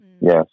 Yes